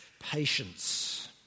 patience